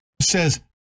says